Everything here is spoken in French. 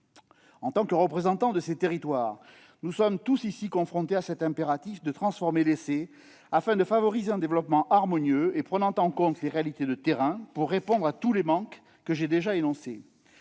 En tant que représentants de ces territoires, nous sommes tous ici confrontés à cette nécessité de transformer l'essai, afin de favoriser un développement harmonieux tenant compte des réalités de terrain pour répondre à tous les manques que j'ai énoncés.